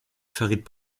verrieten